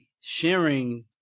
sharing